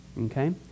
Okay